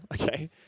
okay